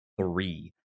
three